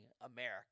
America